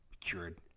cured